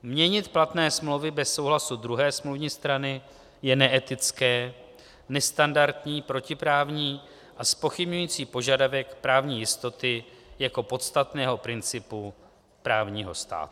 Měnit platné smlouvy bez souhlasu druhé smluvní strany je neetické, nestandardní, protiprávní a zpochybňující požadavek právní jistoty jako podstatného principu právního státu.